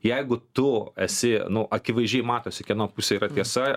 jeigu tu esi nu akivaizdžiai matosi kieno pusėj yra tiesa